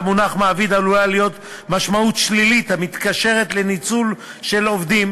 למונח "מעביד" עלולה להיות משמעות שלילית המתקשרת לניצול של עובדים.